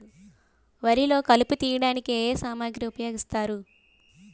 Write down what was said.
వరిలో కలుపు తియ్యడానికి ఏ ఏ సామాగ్రి ఉపయోగిస్తారు?